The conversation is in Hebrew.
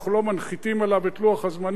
אנחנו לא מנחיתים עליו את לוח הזמנים,